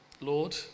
Lord